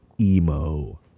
emo